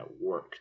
work